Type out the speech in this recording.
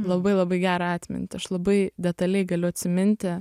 labai labai gerą atmintį aš labai detaliai galiu atsiminti